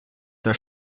der